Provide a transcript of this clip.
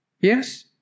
Yes